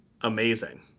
amazing